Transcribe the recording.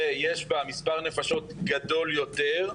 ויש בה מספר נפשות גדול יותר,